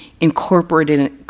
incorporated